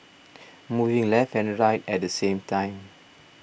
moving left and right at the same time